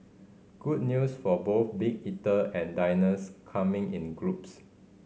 good news for both big eater and diners coming in groups